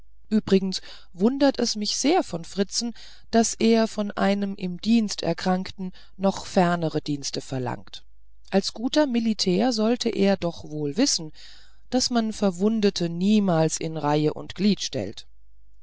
übrigens wundert es mich sehr von fritzen daß er von einem im dienst erkrankten noch fernere dienste verlangt als guter militär sollte er doch wohl wissen daß man verwundete niemals in reihe und glied stellt